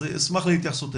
אשמח להתייחסותך.